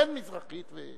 אין מזרחית.